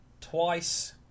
twice